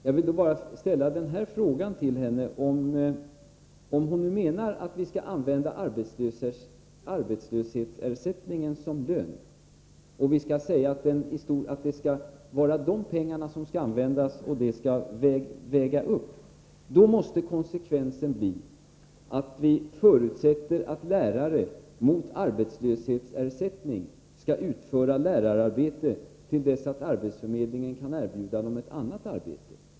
Jag vill då bara ställa den här frågan till henne: Menar hon att vi skall använda arbetslöshetsersättningen som lön och att vi skall säga att dessa pengar skall användas för att väga upp? Då måste konsekvensen bli att vi förutsätter att lärare mot arbetslöshetsersättning skall utföra lärararbete till dess att arbetsförmedlingen kan erbjuda dem ett annat arbete.